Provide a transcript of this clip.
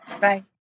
Bye